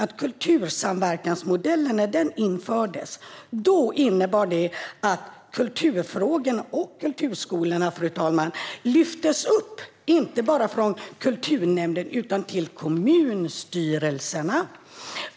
När kultursamverkansmodellen infördes innebar det att kulturfrågorna och kulturskolorna lyftes upp, fru talman, inte bara från kulturnämnden utan till kommunstyrelserna.